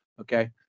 Okay